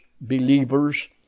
believers